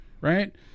right